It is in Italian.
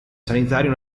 sanitario